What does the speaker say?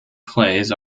plays